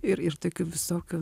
ir ir tokių visokių